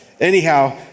anyhow